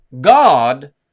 God